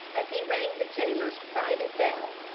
as he rang the jailer's private bell.